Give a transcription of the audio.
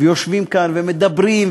ויושבים כאן ומדברים,